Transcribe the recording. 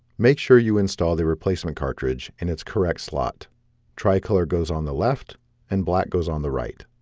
make sure you install the replacement cartridge in its correct slot tricolor goes on the left and black goes on the right